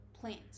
plants